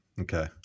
Okay